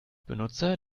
benutzer